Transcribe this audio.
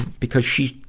because she,